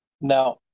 Now